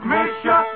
Misha